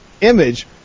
image